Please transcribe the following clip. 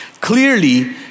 clearly